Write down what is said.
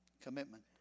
Commitment